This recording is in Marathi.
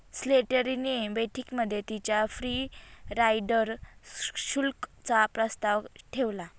स्लेटरी ने बैठकीमध्ये तिच्या फ्री राईडर शुल्क चा प्रस्ताव ठेवला